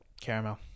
caramel